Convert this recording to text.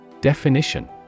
Definition